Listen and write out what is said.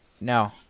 No